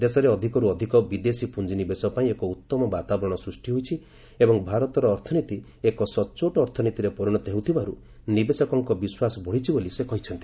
ଦେଶରେ ଅଧିକରୁ ଅଧିକ ବିଦେଶୀ ପୁଞ୍ଜିନିବେଶ ପାଇଁ ଏକ ଉତ୍ତମ ବାତାବରଣ ସୃଷ୍ଟି ହୋଇଛି ଏବଂ ଭାରତର ଅର୍ଥନୀତି ଏକ ସଚ୍ଚୋଟ ଅର୍ଥନୀତିରେ ପରିଣତ ହେଉଥିବାରୁ ନିବେଶକଙ୍କ ବିଶ୍ୱାସ ବଢ଼ିଛି ବୋଲି ସେ କହିଛନ୍ତି